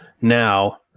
Now